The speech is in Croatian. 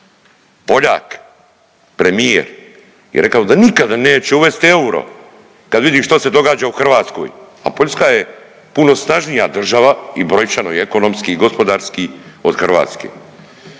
Poljak premijer je rekao da nikada neće uvest euro kad vidi što se događa u Hrvatskoj, a Poljska je puno snažnija država i brojčano i ekonomski i gospodarski od Hrvatske.